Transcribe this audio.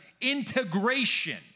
integration